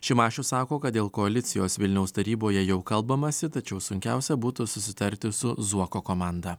šimašius sako kad dėl koalicijos vilniaus taryboje jau kalbamasi tačiau sunkiausia būtų susitarti su zuoko komanda